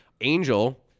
Angel